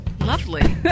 Lovely